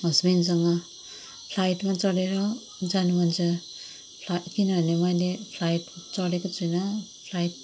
हस्बेन्डसँग फ्लाइटमा चढेर जानु मन छ फ्ला किनभने मैले फ्लाइट चढेको छुइनँ फ्लाइट